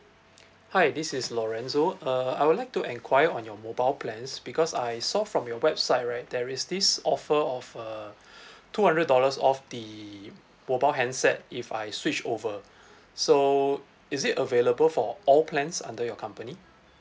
hi this is lorenzo uh I would like to enquire on your mobile plans because I saw from your website right there is this offer of a two hundred dollars off the mobile handset if I switch over so is it available for all plans under your company